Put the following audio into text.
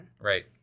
Right